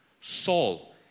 Saul